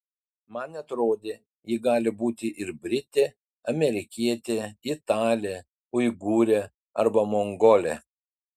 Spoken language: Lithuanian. man atrodė ji gali būti ir britė amerikietė italė uigūrė arba mongolė